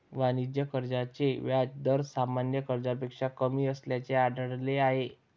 वाणिज्य कर्जाचे व्याज दर सामान्य कर्जापेक्षा कमी असल्याचे आढळले आहे